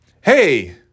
Hey